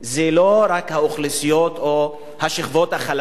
זה לא רק האוכלוסיות או השכבות החלשות,